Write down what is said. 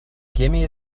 gimme